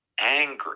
angry